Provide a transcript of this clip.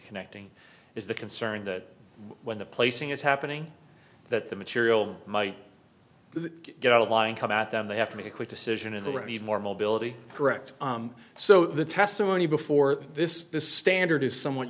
connecting is the concern that when the placing is happening that the material might get out of line come out that they have to make a quick decision and already has more mobility correct so the testimony before this is standard is somewhat